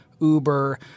Uber